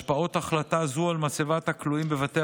השפעות ההחלטה הזו על מצבת הכלואים בבתי